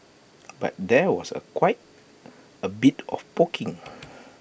but there was quite A bit of poking